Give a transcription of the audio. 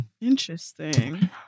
interesting